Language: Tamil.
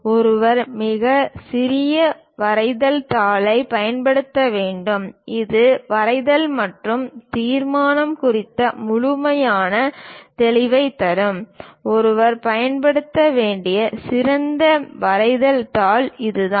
ஒருவர் மிகச்சிறிய வரைதல் தாளைப் பயன்படுத்த வேண்டும் இது வரைதல் மற்றும் தீர்மானம் குறித்து முழுமையான தெளிவைத் தரும் ஒருவர் பயன்படுத்த வேண்டிய சிறந்த வரைதல் தாள் இதுதான்